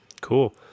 Cool